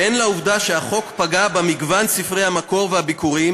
והן לעובדה שהחוק פגע במגוון ספרי המקור והביכורים